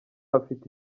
bafite